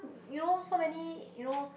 you know so many you know